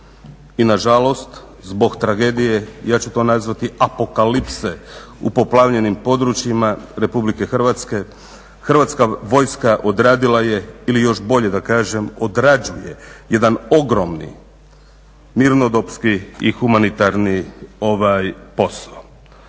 i nažalost zbog tragedije, ja ću to nazvati apokalipse u poplavljenim područjima RH, Hrvatska vojska odradila je ili još bolje da kažem odrađuje jedan ogromni mirnodopski i humanitarni posao.